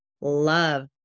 love